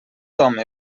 home